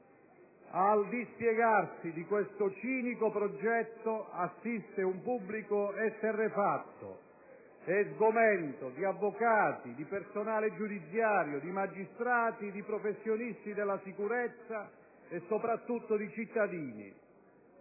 Al dispiegarsi di questo cinico progetto assiste un pubblico esterrefatto e sgomento di avvocati, di personale giudiziario, di magistrati, di professionisti della sicurezza e, soprattutto, di cittadini.